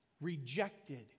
rejected